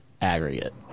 aggregate